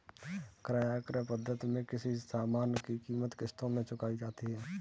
किराया क्रय पद्धति में किसी सामान की कीमत किश्तों में चुकाई जाती है